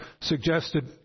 suggested